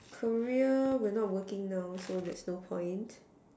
career we're not working now so there's no point